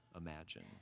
imagine